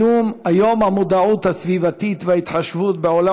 היום המודעות הסביבתית וההתחשבות בעולם